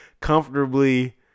comfortably